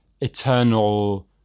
eternal